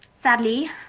sadly,